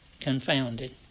confounded